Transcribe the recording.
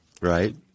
right